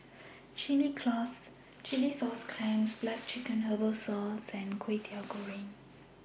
Chilli Sauce Clams Black Chicken Herbal Soup and Kway Teow Goreng